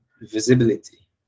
visibility